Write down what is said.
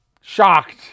Shocked